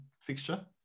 fixture